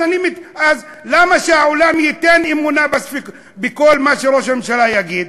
אז למה שהעולם יאמין בכל מה שראש הממשלה יגיד?